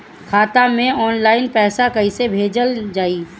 खाता से ऑनलाइन पैसा कईसे भेजल जाई?